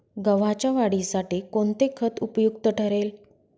गव्हाच्या वाढीसाठी कोणते खत उपयुक्त ठरेल?